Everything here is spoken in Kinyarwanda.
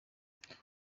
urutonde